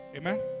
Amen